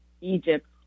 Egypt